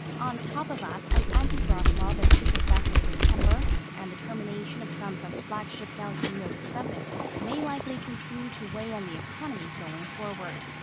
on top of that, an anti-graft law that took effect in september and the termination of samsung's flagship galaxy note seven may likely continue to weigh on the economy going forward.